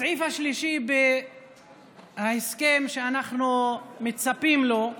הסעיף השלישי בהסכם שאנחנו מצפים לו,